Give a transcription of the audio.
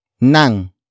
NANG